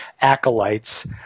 acolytes